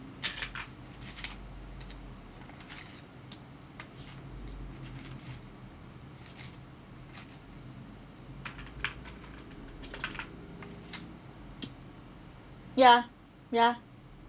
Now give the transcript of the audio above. ya ya